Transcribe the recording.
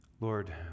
Lord